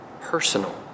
personal